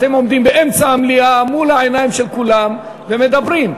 אתם עומדים באמצע המליאה מול העיניים של כולם ומדברים.